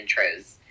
intros